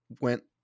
went